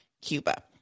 Cuba